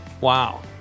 wow